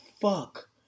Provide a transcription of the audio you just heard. fuck